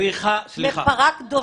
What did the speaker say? זו פרה קדושה?